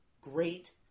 great